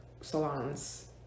salons